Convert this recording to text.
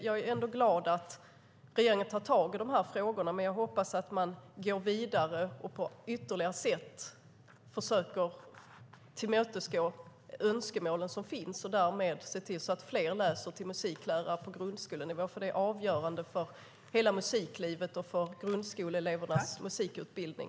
Jag är ändå glad över att regeringen tar tag i de här frågorna, men jag hoppas att man går vidare och på ytterligare sätt försöker tillmötesgå de önskemål som finns och därmed se till att fler läser till musiklärare med inriktning mot grundskolenivå, för det är avgörande för hela musiklivet och för grundskoleelevernas musikutbildning.